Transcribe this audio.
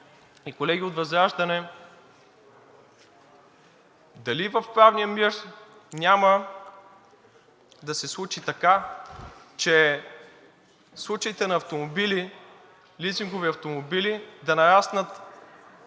и колеги от ВЪЗРАЖДАНЕ, дали в правния мир няма да се случи така, че случаите на лизингови автомобили да нараснат